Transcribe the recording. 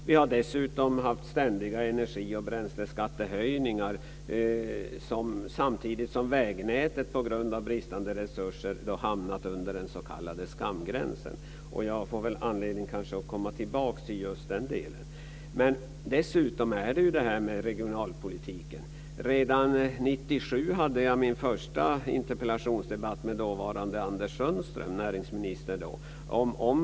Vi har dessutom haft ständiga energi och bränsleskattehöjningar samtidigt som vägnätet på grund av bristande resurser hamnat under den s.k. skamgränsen. Jag får kanske anledning att komma tillbaka till just den delen. När det gäller det här med regionalpolitiken hade jag redan 1997 min första interpellationsdebatt med dåvarande näringsminister Anders Sundström om dessa frågor.